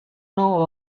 know